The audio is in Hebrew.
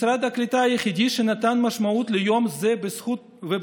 משרד הקליטה הוא היחיד שנתן משמעות ליום זה ובזכות